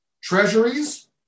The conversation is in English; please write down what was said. Treasuries